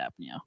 apnea